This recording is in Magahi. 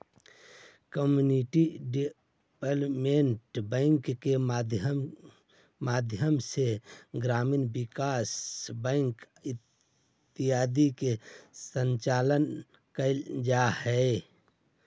कम्युनिटी डेवलपमेंट बैंक के माध्यम से ग्रामीण विकास बैंक इत्यादि के संचालन कैल जा हइ